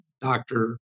doctor